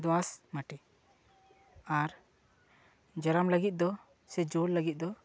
ᱫᱳᱣᱟᱥ ᱢᱟᱴᱤ ᱟᱨ ᱡᱚᱨᱚᱢ ᱞᱟᱹᱜᱤᱫ ᱫᱚ ᱥᱮ ᱡᱳᱨ ᱞᱟᱹᱜᱤᱫ ᱫᱚ